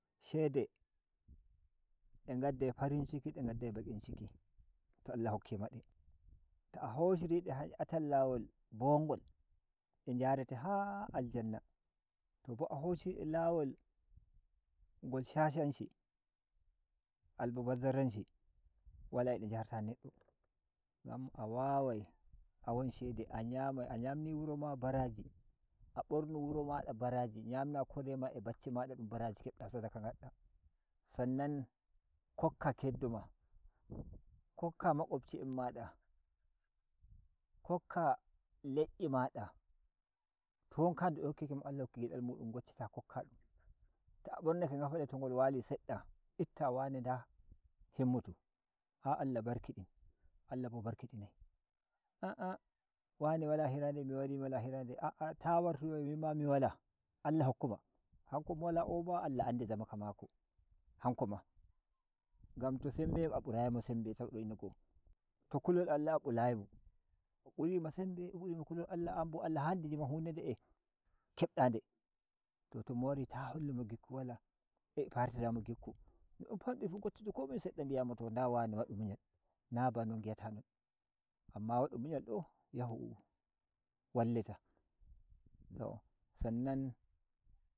Shede de gaddai farinciki de gaddai bakin ciki to Allah hokki ma de ta hosiri de atal lawo bon gol nde jarete ha Aljannah to bo a hoshiride lawo go shashanci almubazzaranci wala a de jarta neddo ngam a wawai a won shede a ‘yamni muro ma baraji a bornu wuro ma baraji ‘yamna korema a baccina dum baraji kebda sadaka ngadda sannan kokka keddo makokka makobci en mada kokka le’I mada to won kanduno hokkeki mo Allah hokki gedal mun goccita kotta dum ta bornaka ngafale to ngol wali sedda ittta wane nda himmultu Ah Allah barkidin Allah bo barkidinai a’a wane wala hira nde mi wari mi wala hira nde a’a ta wartu mimma mi wala Allah hokkuma hanko mow ala o ma Allah andi Zamaka mako hanko ma ngam to sembe a burayi sembe to wadi no go’o to kulol Allah a burayi mo o buri ma sembe o buri ma kulol Allah ambo Allah handini ma hu nde de’e kebda nde to mo wari ta hollumo gikku wala bartiramo gikku no dun fandiri fu goccutu Komin sedda mi a mo nda wane wadu munal na bano ngi ata non amma wadu munyal do yahu wallita to sannan.